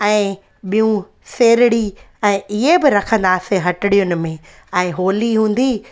ऐं ॿियूं सेरड़ी ऐं इहे ब रखंदासीं हटड़ीयुनि में ऐं होली हूंदी